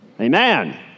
Amen